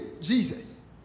Jesus